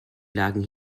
lagen